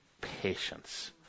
patience